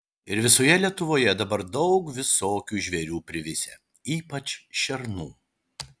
ir visoje lietuvoje dabar daug visokių žvėrių privisę ypač šernų